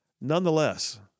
Nonetheless